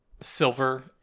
silver